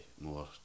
more